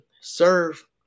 serve